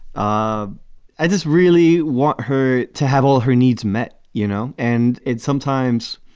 um i just really want her to have all her needs met, you know? and it's sometimes,